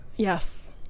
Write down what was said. Yes